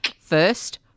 First